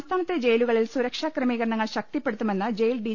സംസ്ഥാനത്തെ ജയിലുകളിൽ സുരക്ഷാ ക്രമീകരണങ്ങൾ ശക്തിപ്പെടുത്തുമെന്ന് ജയിൽ ഡി